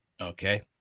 okay